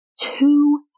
two